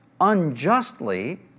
unjustly